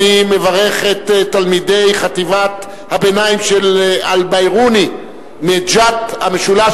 אני מברך את תלמידי חטיבת הביניים של "אלבירוני" מג'ת שבמשולש,